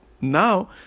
now